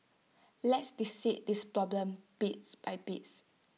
let's dissect this problem piece by piece